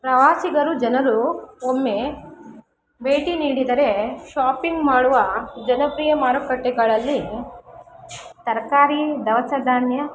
ಪ್ರವಾಸಿಗರು ಜನರು ಒಮ್ಮೆ ಭೇಟಿ ನೀಡಿದರೆ ಶಾಪಿಂಗ್ ಮಾಡುವ ಜನಪ್ರಿಯ ಮಾರುಕಟ್ಟೆಗಳಲ್ಲಿ ತರಕಾರಿ ದವಸ ಧಾನ್ಯ